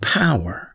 power